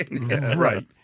Right